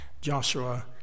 Joshua